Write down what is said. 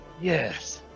Yes